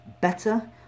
better